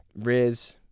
Riz